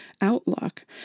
outlook